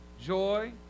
joy